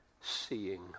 seeing